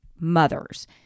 mothers